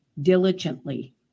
diligently